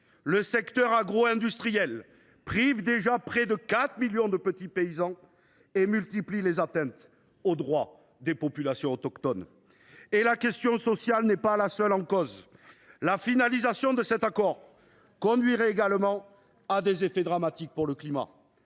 le secteur agro industriel prive déjà de terres près de quatre millions de petits paysans et multiplie les atteintes aux droits des populations autochtones. Et la question sociale n’est pas la seule qui se pose. La finalisation de cet accord entraînerait également des effets dramatiques sur le climat.